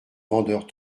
vendeurs